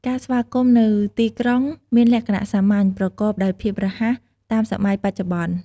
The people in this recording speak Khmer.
ការស្វាគមន៍នៅទីក្រុងមានលក្ខណៈសាមញ្ញ ប្រកបដោយភាពរហ័ស តាមសម័យបច្ចុប្បន្ន។